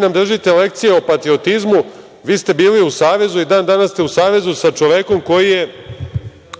nam držite lekcije o patriotizmu, vi ste bili u savezu i dan danas ste u savezu sa čovekom koji je